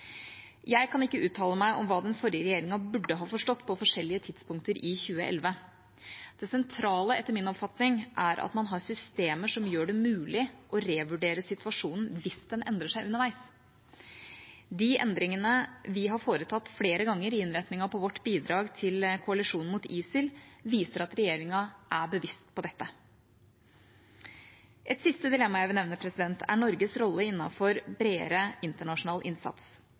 Jeg kan ikke uttale meg om hva den forrige regjeringa burde ha forstått på forskjellige tidspunkter i 2011. Det sentrale, etter min oppfatning, er at man har systemer som gjør det mulig å revurdere situasjonen hvis den endrer seg underveis. De endringene vi har foretatt flere ganger i innretningen på vårt bidrag til koalisjonen mot ISIL, viser at regjeringa er bevisst på dette. Et siste dilemma jeg vil nevne, er Norges rolle innenfor en bredere internasjonal innsats.